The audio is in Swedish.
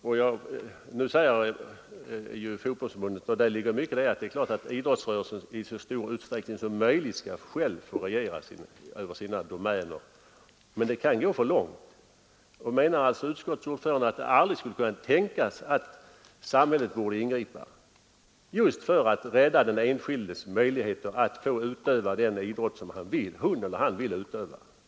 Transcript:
Nu säger Fotbollförbundet — och det ligger mycket i det — att mans rätt att utöva sin idrott mans rätt att utöva sin idrott idrottsrörelsen i så stor utsträckning som möjligt själv skall få regera över sina domäner, men det kan gå för långt. Menar alltså utskottets ordförande att det aldrig skulle kunna tänkas att samhället ingrep just för att rädda den enskildes möjligheter att utöva den idrott som hon eller han vill utöva?